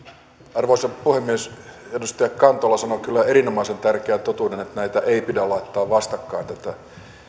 arvoisa puhemies edustaja kantola sanoi kyllä erinomaisen tärkeän totuuden että näitä ei pidä laittaa vastakkain tätä